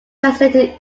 translated